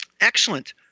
Excellent